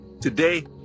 Today